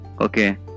Okay